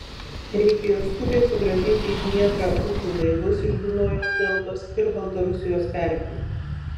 reikėjo skubiai sugrąžinti į dnieprą upių laivus iš dunojaus deltos ir baltarusijos pelkių